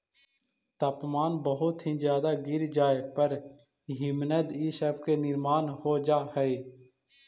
तापमान बहुत ही ज्यादा गिर जाए पर हिमनद इ सब के निर्माण हो जा हई